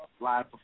live